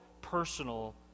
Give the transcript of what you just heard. personal